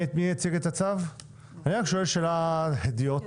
אני שואל שאלת הדיוט.